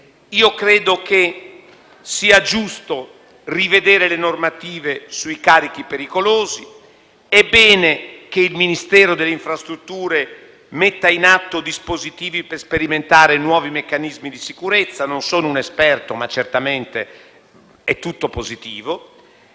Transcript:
Credo sia giusto rivedere le normative sui carichi pericolosi ed è bene che il Ministero delle infrastrutture e dei trasporti metta in atto dispositivi per sperimentare nuovi meccanismi di sicurezza. Non sono un esperto, ma certamente è tutto positivo.